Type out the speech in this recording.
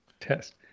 test